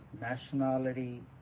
nationality